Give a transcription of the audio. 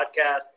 podcast